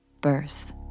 Birth